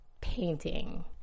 painting